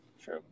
True